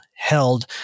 Held